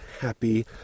happy